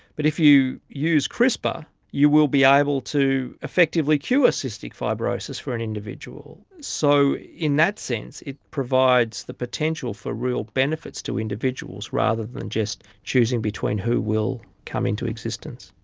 but if you use crispr you will be able to effectively cure cystic fibrosis for an individual. so in that sense it provides the potential for real benefits to individuals rather than just choosing between who will come into existence.